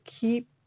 keep